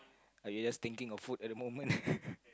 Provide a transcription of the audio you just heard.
are you just thinking of food at the moment